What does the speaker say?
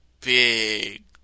big